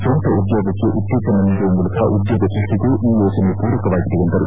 ಸ್ವಂತ ಉದ್ಯೋಗಕ್ಕೆ ಉತ್ತೇಜನ ನೀಡುವ ಮೂಲಕ ಉದ್ಯೋಗ ಸೃಷ್ಟಿಗೂ ಈ ಯೋಜನೆ ಪೂರಕವಾಗಿದೆ ಎಂದರು